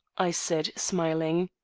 i said, smiling.